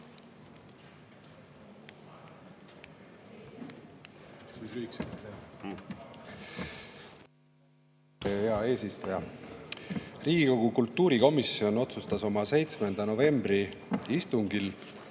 Riigikogu kultuurikomisjon otsustas oma 7. novembri istungil